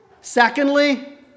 Secondly